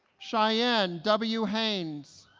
cheyenne w. haynes